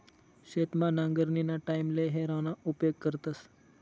शेतमा नांगरणीना टाईमले हॅरोना उपेग करतस